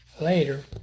later